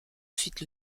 suite